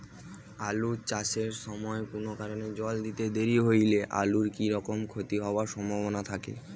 আলু চাষ এর সময় কুনো কারণে জল দিতে দেরি হইলে আলুর কি রকম ক্ষতি হবার সম্ভবনা থাকে?